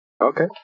Okay